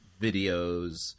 videos